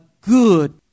good